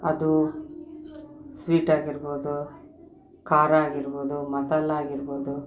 ಅದು ಸ್ವೀಟ್ ಆಗಿರ್ಬೋದು ಖಾರ ಆಗಿರ್ಬೋದು ಮಸಾಲೆ ಆಗಿರ್ಬೋದು